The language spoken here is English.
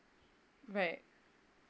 right